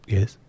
Yes